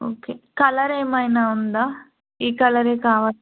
okay colour ఏమైనా ఉందా ఈ కలర్ కావాలి